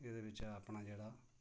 एह्दे बिच्चा अपना जेह्ड़ा